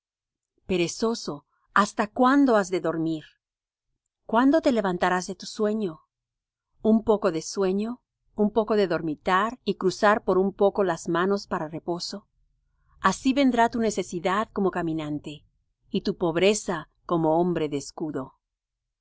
perezoso hasta cuándo has de dormir cuándo te levantarás de tu sueño un poco de sueño un poco de dormitar y cruzar por un poco las manos para reposo así vendrá tu necesidad como caminante y tu pobreza como hombre de escudo